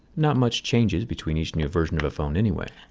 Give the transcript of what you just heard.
not much change is between each new version of a phone anyway.